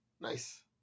Nice